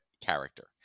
character